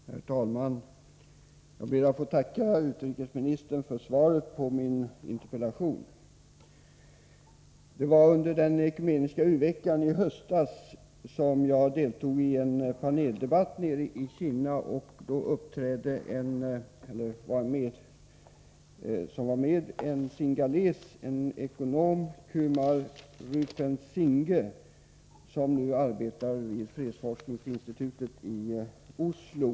Herr talman! Jag ber att få tacka utrikesministern för svaret på min interpellation. Under den ekumeniska u-veckan i höstas deltog jag i en paneldebatt i Kinna, där också en senegalesisk ekonom deltog, Kumar Rupesinghe. Han arbetar nu vid Fredsforskningsinstitutet i Oslo.